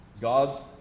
God's